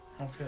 Okay